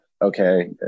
okay